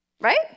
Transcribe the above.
right